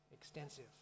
extensive